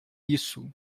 isso